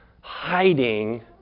hiding